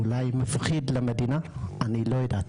אולי מפחיד למדינה, אני לא יודע,